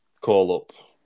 call-up